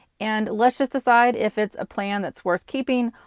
and let's just decide if it's a plan that's worth keeping,